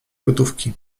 gotówki